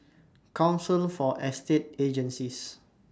Council For Estate Agencies